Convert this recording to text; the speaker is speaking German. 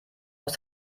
aus